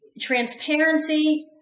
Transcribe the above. transparency